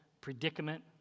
predicament